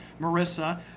Marissa